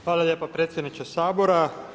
Hvala lijepa predsjedniče Sabora.